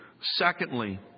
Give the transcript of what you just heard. Secondly